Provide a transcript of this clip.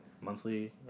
monthly